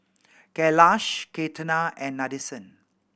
Kailash Ketna and Nadesan